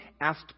asked